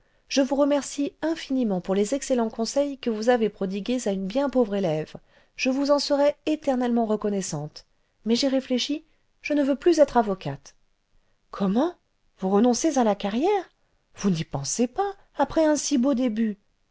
je vous remercie infiniment pour les excellents conseils que vous avez prodigués à une bien pauvre élève je vous en serai éternellement reconnaissante mais j'ai réfléchi je ne veux plus être avocate comment vous renoncez à la carrière vous n'y pensez pas après un si beau début